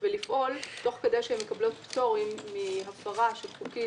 ולפעול תוך כדי שהן מקבלות פטורים מהפרה של חוקים